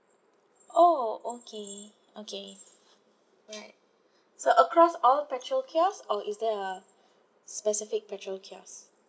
oh okay okay alright so across all petrol kiosks or is there a specific petrol kiosk